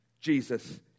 Jesus